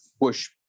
push